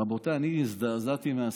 רבותיי, אני הזדעזעתי מהשיחה.